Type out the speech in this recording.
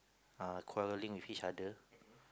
uh quarelling with each other